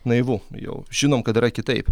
naivu jau žinom kad yra kitaip